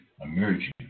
emerging